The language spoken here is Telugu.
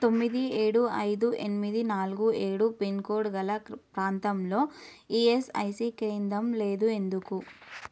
తొమ్మిది ఏడు ఐదు ఎనిమిది నాలుగు ఏడు పిన్కోడ్ గల ప్రాంతంలో ఈఎస్ఐసి కేంద్రం లేదు ఎందుకు